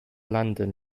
london